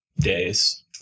Days